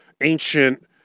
ancient